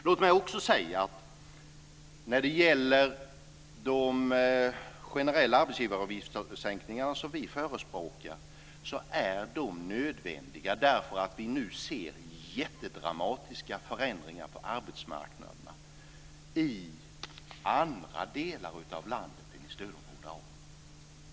Låt mig också säga att de generella arbetsgivaravgiftssänkningar som vi förespråkar är nödvändiga därför att vi nu ser jättedramatiska förändringar på arbetsmarknaden i andra delar av landet än i stödområde A.